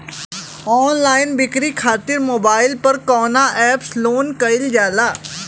Online बिक्री खातिर mobile पर कवना एप्स लोन कईल जाला?